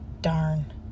darn